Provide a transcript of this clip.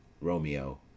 Romeo